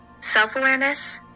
Self-awareness